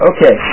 Okay